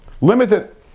limited